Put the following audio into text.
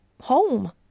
home